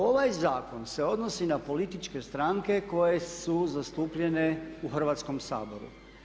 Ovaj Zakon se odnosi na političke stranke koje su zastupljene u Hrvatskom saboru.